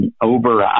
over